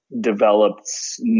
developed